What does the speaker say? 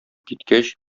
киткәч